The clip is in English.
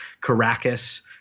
Caracas